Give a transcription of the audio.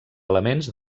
elements